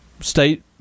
State